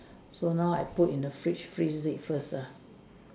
so now I put in the fridge freeze it first lah